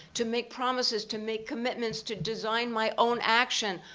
to make promises, to make commitments, to design my own action,